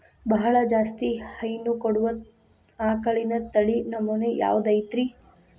ಬಹಳ ಜಾಸ್ತಿ ಹೈನು ಕೊಡುವ ಆಕಳಿನ ತಳಿ ನಮೂನೆ ಯಾವ್ದ ಐತ್ರಿ?